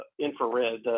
infrared